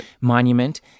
monument